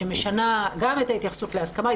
שמשנה גם את ההתייחסות להסכמה.